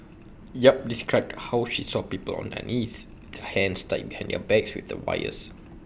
yap described how she saw people on their knees their hands tied behind their backs with wires